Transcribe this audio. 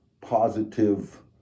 positive